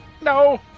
No